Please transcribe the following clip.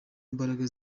mbaraga